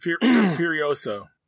Furioso